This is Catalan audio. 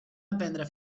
aprendre